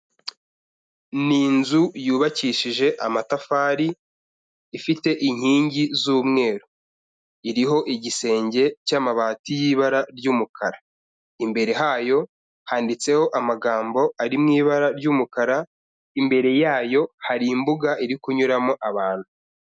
Ni inzu yubakishije amatafari, ifite inkingi z'umweru. Iriho igisenge cy'amabati y'ibara ry'umukara. Imbere hayo handitseho amagambo ari mu ibara ry'umukara, imbere yayo hari imbuga iri kunyuramo abantu.